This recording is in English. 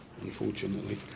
unfortunately